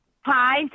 Hi